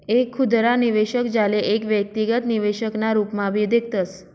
एक खुदरा निवेशक, ज्याले एक व्यक्तिगत निवेशक ना रूपम्हाभी देखतस